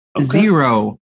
zero